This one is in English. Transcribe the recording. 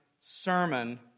sermon